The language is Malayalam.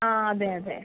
ആ അതെ അതെ